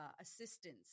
assistance